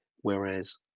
whereas